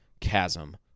chasm